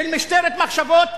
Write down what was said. של משטרת מחשבות,